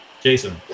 Jason